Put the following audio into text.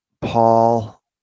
Paul